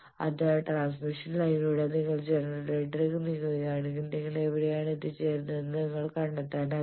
അതിനാൽ ട്രാൻസ്മിഷൻ ലൈനിലൂടെ നിങ്ങൾ ജനറേറ്ററിലേക്ക് നീങ്ങുകയാണെങ്കിൽ നിങ്ങൾ എവിടെയാണ് എത്തി ചേരുന്നതെന്ന് നിങ്ങൾക്ക് കണ്ടെത്താനാകും